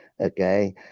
okay